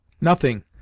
Nothing